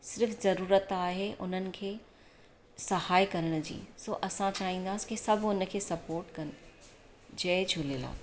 सिर्फ़ु ज़रूरत आहे उन्हनि खे सहाय करण जी सो असां चाहींदासि सभु उनखे सपोर्ट कनि जय झूलेलाल